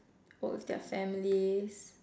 work with their families